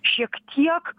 šiek tiek